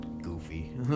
goofy